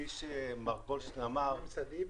ממסדי בעיקר?